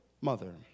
mother